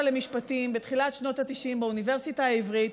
למשפטים בתחילת שנות ה-90 באוניברסיטה העברית,